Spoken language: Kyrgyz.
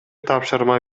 тапшырма